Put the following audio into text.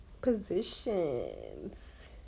positions